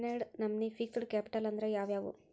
ಹನ್ನೆರ್ಡ್ ನಮ್ನಿ fixed capital ಅಂದ್ರ ಯಾವವ್ಯಾವು?